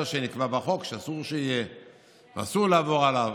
שנקבע בחוק שאסור שיהיה ואסור לעבור עליו.